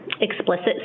explicit